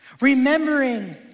Remembering